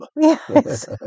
Yes